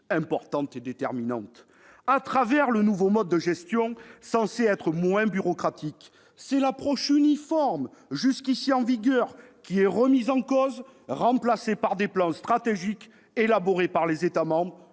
importantes et déterminantes. Au travers d'un nouveau mode de gestion censé être moins bureaucratique, c'est l'approche uniforme, jusqu'ici en vigueur, qui est remise en cause, remplacée par des plans stratégiques élaborés par les États membres,